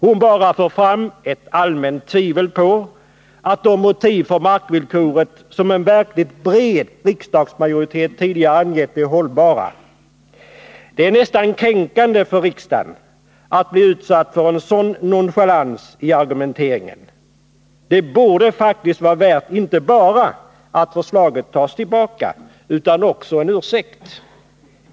Hon för bara fram ett allmänt tvivel på att de motiv för markvillkoret, som en verkligt bred riksdagsmajoritet tidigare har angett, är hållbara. Det är nästan kränkande för riksdagen att bli utsatt för en sådan nonchalans i argumenteringen. Förslaget borde inte bara tas tillbaka utan också följas av en ursäkt.